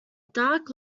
dark